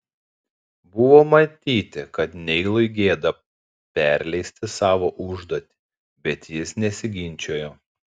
buvo matyti kad neilui gėda perleisti savo užduotį bet jis nesiginčijo